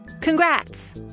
Congrats